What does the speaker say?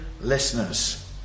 listeners